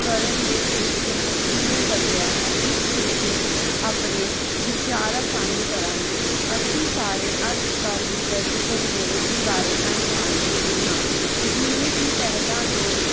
ਕਰਨ ਦੇ ਤਰੀਕੇ ਨੂੰ ਕਿਵੇਂ ਬਦਲਿਆ ਹੈ ਇਸ ਵਿਸ਼ੇ ਆਪਣੇ ਵਿਚਾਰ ਸਾਂਝੇ ਕਰਾਂਗੀ ਅਸੀਂ ਸਾਰੇ ਅੱਜ ਕੱਲ੍ਹ ਦੀ ਵਧਦੀ ਟੈਕਨੋਲੋਜੀ ਬਾਰੇ ਤਾਂ ਜਾਣਦੇ ਹੀ ਹਾਂ ਜਿਵੇਂ ਕਿ ਪਹਿਲਾਂ ਲੋਕ